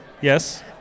Yes